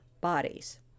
bodies